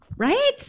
Right